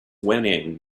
whinnying